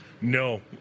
No